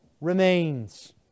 remains